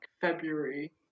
February